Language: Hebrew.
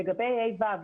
לגבי כיתות ה'-ו',